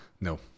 No